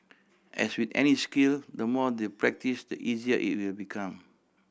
as with any skill the more they practise the easier it will become